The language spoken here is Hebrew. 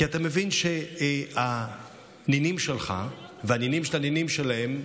כי אתה מבין שהנינים שלך והנינים של הנינים שלהם,